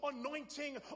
anointing